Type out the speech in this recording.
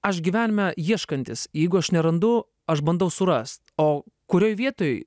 aš gyvenime ieškantis jeigu aš nerandu aš bandau surast o kurioj vietoj